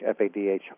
FADH